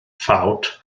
ffawt